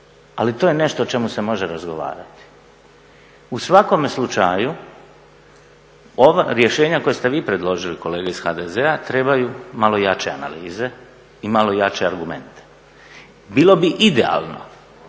ali to je nešto o čemu se može razgovarati. U svakom slučaju ova rješenja koja ste vi predložili, kolege iz HDZ-a, trebaju malo jače analize i malo jače argumente. Bilo bi idealno